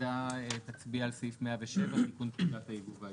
הוועדה תצביע על סעיף 107 תיקון פקודת היבוא והיצוא.